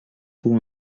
pour